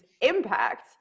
impact